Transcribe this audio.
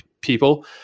people